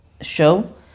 show